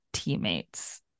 teammates